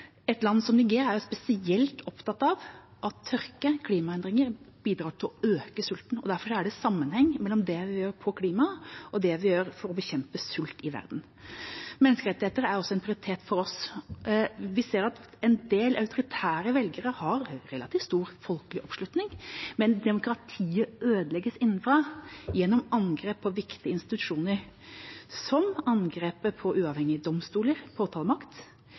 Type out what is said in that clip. Et land som Niger er spesielt opptatt av at tørke og klimaendringer bidrar til å øke sulten, og derfor er det sammenheng mellom det vi gjør på klima, og det vi gjør for å bekjempe sult i verden. Menneskerettigheter er også en prioritet for oss. Vi ser at en del autoritære ledere har relativt stor folkelig oppslutning, men demokratiet ødelegges innenfra gjennom angrep på viktige institusjoner, som angrep på uavhengige domstoler og påtalemakt, som angrep på